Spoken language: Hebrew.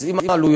אז אם העלויות